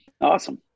awesome